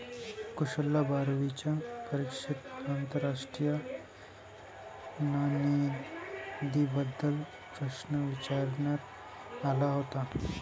कुशलला बारावीच्या परीक्षेत आंतरराष्ट्रीय नाणेनिधीबद्दल प्रश्न विचारण्यात आला होता